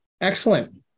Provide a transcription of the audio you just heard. excellent